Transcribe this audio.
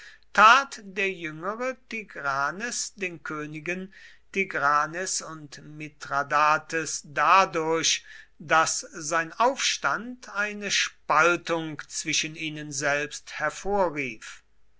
der jüngere tigranes den königen tigranes und mithradates dadurch daß sein aufstand eine spaltung zwischen ihnen selbst hervorrief